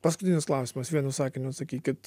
paskutinis klausimas vienu sakiniu sakykit